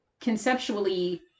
conceptually